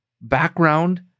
background